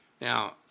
Now